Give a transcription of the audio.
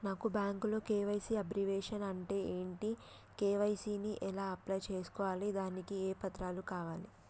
నాకు బ్యాంకులో KYC abbreviation అంటే ఏంటి కే.వై.సీ ని ఎలా అప్లై చేసుకోవాలి దానికి ఏ పత్రాలు కావాలి?